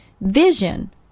Vision